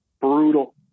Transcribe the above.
brutal